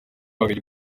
babiri